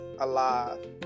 alive